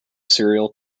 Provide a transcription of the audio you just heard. serial